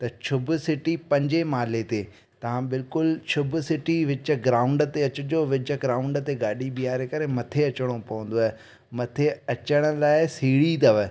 त छुभ सिटी पंजे माड़े ते तव्हां बिल्कुलु शुभ सिटी विच ग्राउंड ते अचिजो विच ग्राउंड ते गाॾी बिहारे करे मथे अचिणो पवंदव मथे अचण लाइ सीढ़ी अथव